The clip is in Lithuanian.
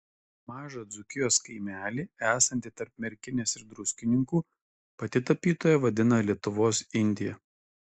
mažą dzūkijos kaimelį esantį tarp merkinės ir druskininkų pati tapytoja vadina lietuvos indija